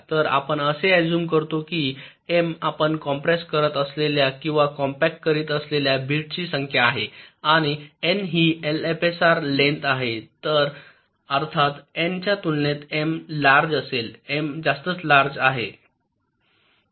तर आपण असे अझूम करतो की एम आपण कॉम्प्रेस करत असलेल्या किंवा कॉम्पॅक्ट करीत असलेल्या बिट्सची संख्या आहे आणि एन ही एलएफएसआर लेन्थ आहे तर अर्थात एन च्या तुलनेत एम लार्ज असेल एम जास्तच लार्ज आहे